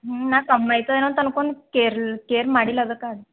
ನಾ ಕಮ್ ಐತಿ ಏನೋ ಅನ್ಕೊಂಡು ಕೇರ್ಲ್ ಕೇರ್ ಮಾಡಿಲ್ಲ ಅದಕ್ಕ